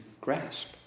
Grasp